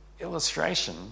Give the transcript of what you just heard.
illustration